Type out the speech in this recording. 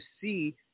see